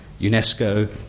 UNESCO